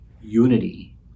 unity